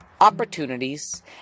opportunities